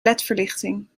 ledverlichting